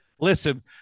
listen